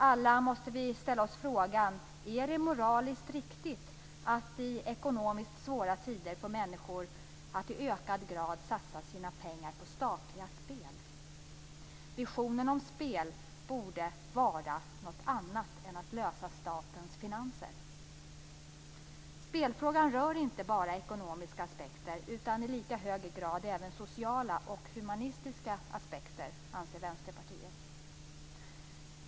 Alla måste vi ställa oss frågan: Är det moraliskt riktigt att i ekonomiskt svåra tider få människor att i ökad grad satsa sina pengar på statliga spel? Visionen om spel borde vara något annat än att lösa statens finanser. Vänsterpartiet anser att spelfrågan inte berör bara ekonomiska aspekter utan i lika hög grad även sociala och humanistiska aspekter.